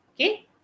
Okay